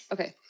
Okay